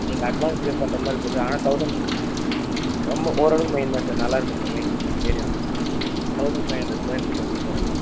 நீங்கள் advance pay பண்ணுற மாதிரி இருக்கும் சார் ஆனால் தௌசண்ட் ரொம்ப ஓரளக்கு மெயின் தான் சார் எல்லாம் இருக்கும் sir main area thousand five hundred square feet வருது சார் ஆனால்